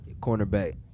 Cornerback